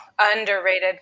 underrated